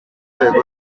bayobozi